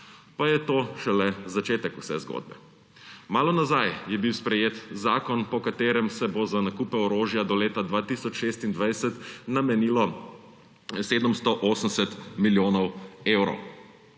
Pa je to šele začetek vse zgodbe. Malo nazaj je bil sprejet zakon, po katerem se bo za nakupe orožja do leta 2026 namenilo 780 milijonov evrov.